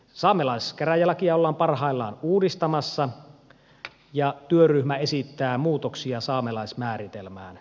saamelaiskäräjälakia ollaan parhaillaan uudistamassa ja työryhmä esittää muutoksia saamelaismääritelmään